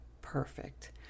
Perfect